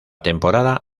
temporada